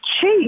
cheap